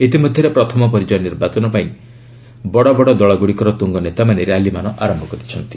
ଇତିମଧ୍ୟରେ ପ୍ରଥମ ପର୍ଯ୍ୟାୟ ନିର୍ବାଚନ ପାଇଁ ବଡ଼ ବନ ଦଳଗୁଡ଼ିକର ତୁଙ୍ଗ ନେତାମାନେ ର୍ୟାଲିମାନ ଆରମ୍ଭ କରିଛନ୍ତି